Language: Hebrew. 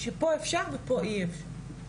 שפה אפשר, ופה אי אפשר.